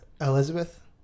Elizabeth